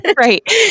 right